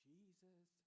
Jesus